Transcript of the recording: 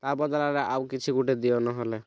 ଆ ବଦଳରେ ଆଉ କିଛି ଗୋଟେ ଦିଅ ନ ହେଲେ